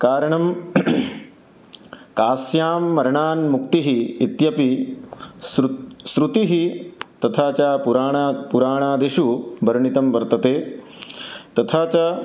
कारणं काश्यां मरणात् मुक्तिः इत्यपि सृ श्रुतिः तथा च पुराणात् पुराणादिषु वर्णितं वर्तते तथा च